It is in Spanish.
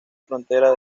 frontera